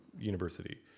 university